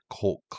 cult